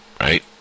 right